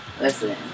Listen